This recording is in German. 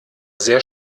sehr